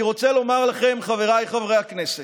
אני רוצה לומר לכם, חבריי חברי הכנסת,